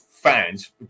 fans